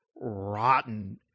rotten